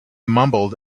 mumbled